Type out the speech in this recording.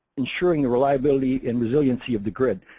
ensuring reliability and resiliency of the grid.